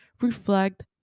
reflect